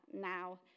now